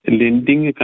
lending